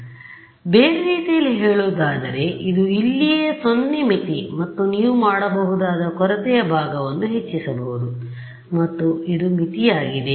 ಆದ್ದರಿಂದ ಬೇರೆ ರೀತಿಯಲ್ಲಿ ಹೇಳುವುದಾದರೆ ಇದು ಇಲ್ಲಿಯೇ 0 ಮಿತಿ ಮತ್ತು ನೀವು ಮಾಡಬಹುದಾದ ಕೊರತೆಯ ಭಾಗವನ್ನು ಹೆಚ್ಚಿಸಬಹುದು ಮತ್ತು ಇದು ಮಿತಿಯಾಗಿದೆ